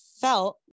felt